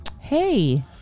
hey